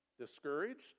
discouraged